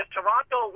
Toronto